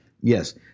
Yes